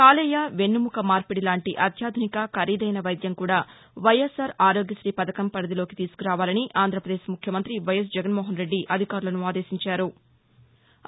కాలేయ వెన్నుముక మార్పిది లాంటి అత్యాధునిక ఖరీదైన వైద్యం కూడా వైఎస్ఆర్ ఆరోగ్యశ్రీ ను పథకం పరిధిలోకి తీసుకురావాలని ఆంధ్రాపదేశ్ ముఖ్యమంత్రి వైఎస్ జగన్మోహన్రెడ్డి అధికారులను ఆదేశించారు